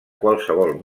qualsevol